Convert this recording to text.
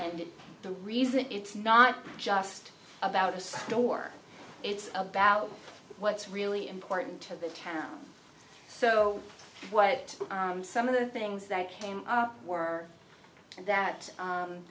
and the reason it's not just about the door it's about what's really important to the town so what are some of the things that came up were that